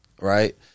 Right